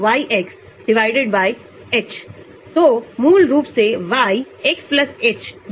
यह एक ज्यामितीय descriptors भौतिक descriptors इलेक्ट्रॉनिक descriptors अथवा एक रासायनिकप्रॉपर्टी हो सकती है